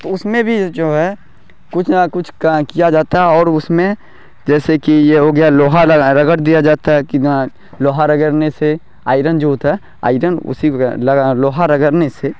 تو اس میں بھی جو ہے کچھ نہ کچھ کیا جاتا ہے اور اس میں جیسے کہ یہ ہو گیا لوہا لگائیں رگڑ دیا جاتا ہے کہ نا لوہا رگڑنے سے آئرن جو ہوتا ہے آئرن اسی کو لگا لوہا رگڑنے سے